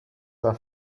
aveva